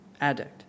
addict